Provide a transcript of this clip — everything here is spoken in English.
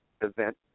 event